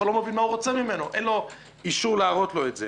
אין לו אישור להראות לשוטר.